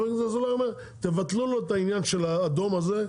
חה"כ אזולאי אומר תבטלו לו את העניין של האדום הזה.